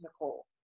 Nicole